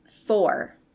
four